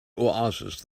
oasis